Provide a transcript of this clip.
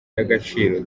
y’agaciro